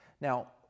Now